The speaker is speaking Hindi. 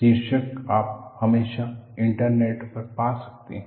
शीर्षक आप हमेशा इंटरनेट पर पा सकते हैं